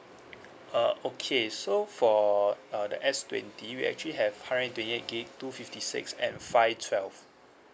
uh okay so for uh the S twenty we actually have hundred and twenty gig two fifty six and five twelve